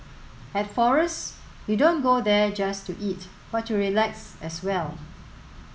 at Forest you don't go there just to eat but to relax as well